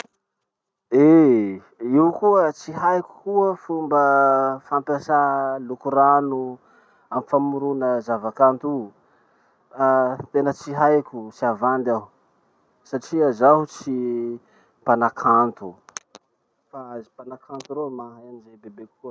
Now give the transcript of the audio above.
Eh! Io koa tsy haiko koa fomba fampiasà lokorano amy famorona zavakanto o. Tena tsy haiko, tsy havandy aho satria zaho tsy mpanakanto. Fa azy mpanakanto reo mahay anizay bebe kokoa.